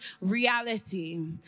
reality